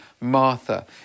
Martha